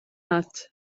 not